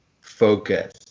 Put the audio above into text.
focus